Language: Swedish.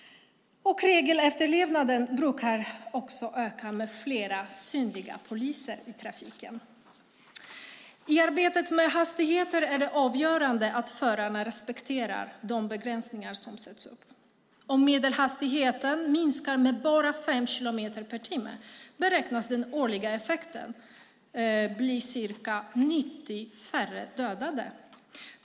Regelefterlevnaden brukar också öka med flera synliga poliser i trafiken. I arbetet med hastigheter är det avgörande att förarna respekterar de begränsningar som sätts upp. Om medelhastigheten minskar med bara 5 kilometer per timme beräknas den årliga effekten bli ca 90 färre dödade.